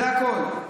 זה הכול.